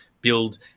build